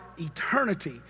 eternity